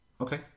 okay